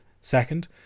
Second